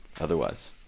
Otherwise